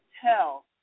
tell